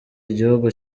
igihugu